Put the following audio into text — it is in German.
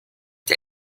der